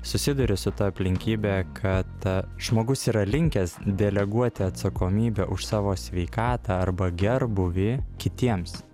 susiduri su ta aplinkybe kad žmogus yra linkęs deleguoti atsakomybę už savo sveikatą arba gerbūvį kitiems